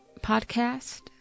podcast